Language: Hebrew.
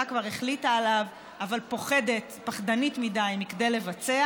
כבר החליטה עליו אבל פחדנית מכדי לבצע,